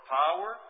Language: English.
power